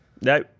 No